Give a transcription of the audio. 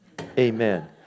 Amen